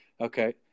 okay